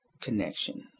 connection